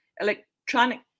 electronic